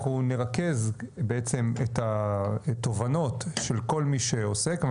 אנחנו נרכז בעצם את התובנות של כל מי שעוסק אבל